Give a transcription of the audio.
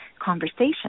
conversation